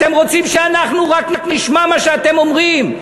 אתם רוצים שאנחנו רק נשמע מה שאתם אומרים.